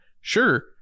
sure